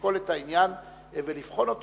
ולשקול את העניין ולבחון אותו,